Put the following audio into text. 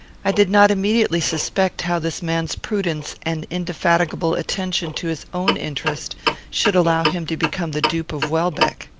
i did not immediately suspect how this man's prudence and indefatigable attention to his own interest should allow him to become the dupe of welbeck.